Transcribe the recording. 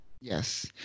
Yes